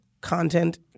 content